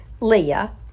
Leah